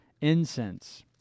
incense